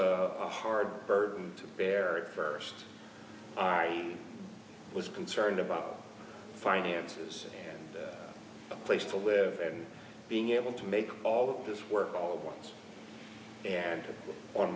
a hard burden to bear at first i was concerned about finances a place to live and being able to make all of this work all of ones and on